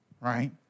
right